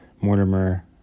mortimer